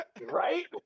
Right